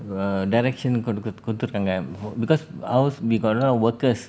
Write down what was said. err direction கொடுத் கொடுத்திருக்காங்க:koduth koduthirukaanga because ours we got a lot of workers